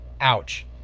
Ouch